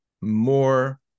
more